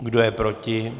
Kdo je proti?